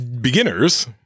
beginners